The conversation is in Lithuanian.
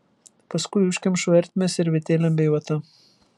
paskui užkemšu ertmę servetėlėm bei vata